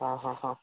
ହଁ ହଁ ହଁ